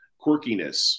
quirkiness